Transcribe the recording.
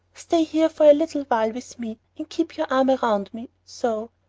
stay here for a little while with me and keep your arm round me so.